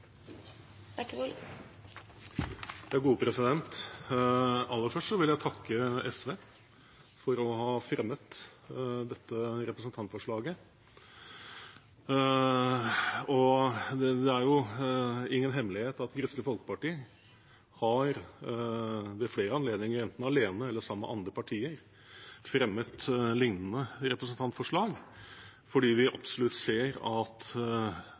Aller først vil jeg takke SV for å ha fremmet dette representantforslaget. Det er jo ingen hemmelighet at Kristelig Folkeparti ved flere anledninger, enten alene eller sammen med andre partier, har fremmet lignende representantforslag fordi vi absolutt ser at